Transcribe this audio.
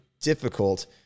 difficult